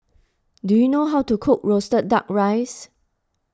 do you know how to cook Roasted Duck Rice